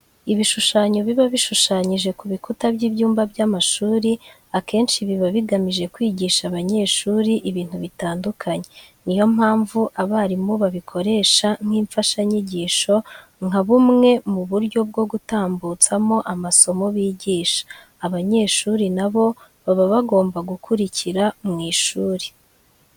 Ibishushanyo biba bishushanyije ku bikuta by'ibyumba by'amashuri akenshi biba bigamije kwigisha abanyeshuri ibintu bitandukanye. Ni yo mpamvu abarimu babikoresha nk'imfashanyigisho nka bumwe mu buryo bwo gutambutsamo amasomo bigisha. Abanyeshuri na bo baba bagomba gukurikira mu ishuri.